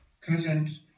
cousins